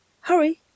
hurry